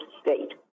state